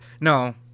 No